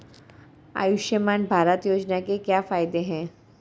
आयुष्मान भारत योजना के क्या फायदे हैं?